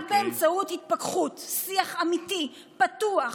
רק באמצעות התפתחות שיח אמיתי, פתוח,